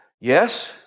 Yes